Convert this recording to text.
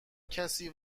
کسی